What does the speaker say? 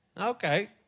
Okay